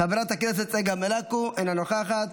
חברת הכנסת צגה מלקו, אינה נוכחת,